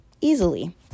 Easily